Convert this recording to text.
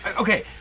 Okay